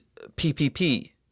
ppp